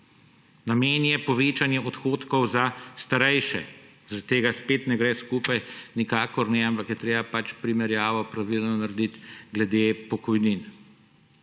Namen je povečanje odhodkov za starejše, zaradi tega spet ne gre skupaj, nikakor ne, ampak je treba pač primerjavo pravilno narediti glede pokojnin.